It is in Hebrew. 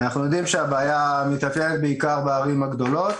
אנחנו יודעים שהבעיה מתמקדת בעיקר בערים הגדולות,